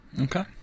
Okay